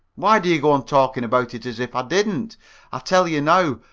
why do you go on talking about it as if i didn't! i tell you now,